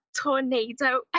tornado